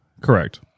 Correct